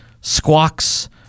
squawks